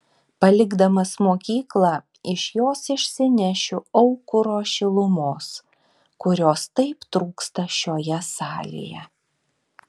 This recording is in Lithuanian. palikdamas mokyklą iš jos išsinešiu aukuro šilumos kurios taip trūksta šioje salėje